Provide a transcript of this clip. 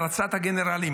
הערצת הגנרלים,